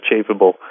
achievable